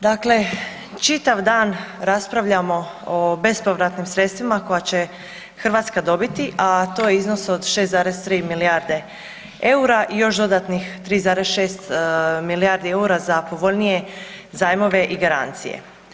Dakle, čitav dan raspravljamo o bespovratnim sredstvima koja će Hrvatska dobiti, a to je iznos od 6,3 milijarde EUR-a i još dodatnih 3,6 milijardi EUR-a za povoljnije zajmove i garancije.